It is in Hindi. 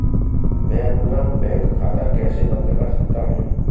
मैं अपना बैंक खाता कैसे बंद कर सकता हूँ?